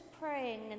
praying